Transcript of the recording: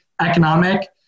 economic